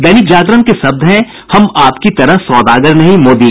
दैनिक जागरण के शब्द हैं हम आपकी तरह सौदागर नहीं मोदी